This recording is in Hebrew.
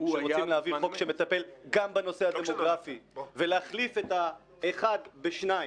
שרוצים להעביר חוק שמטפל גם בנושא הדמוגרפי ולהחליף את האחד בשניים,